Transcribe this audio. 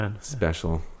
special